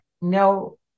no